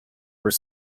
were